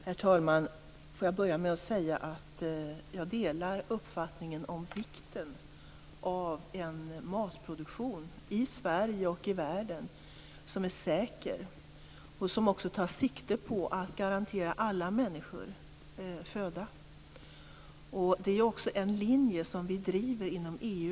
Herr talman! Jag vill börja med att säga att jag delar uppfattningen om vikten av en matproduktion i Sverige och i världen som är säker och som också tar sikte på att garantera alla människor föda. Det är också en linje som vi driver inom EU.